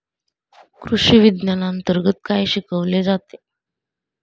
कृषीविज्ञानांतर्गत काय शिकवले जाते?